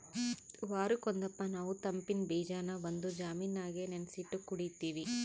ವಾರುಕ್ ಒಂದಪ್ಪ ನಾವು ತಂಪಿನ್ ಬೀಜಾನ ಒಂದು ಜಾಮಿನಾಗ ನೆನಿಸಿಟ್ಟು ಕುಡೀತೀವಿ